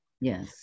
Yes